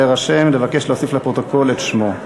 להירשם ולבקש להוסיף לפרוטוקול את שמו.